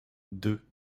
deux